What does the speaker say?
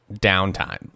downtime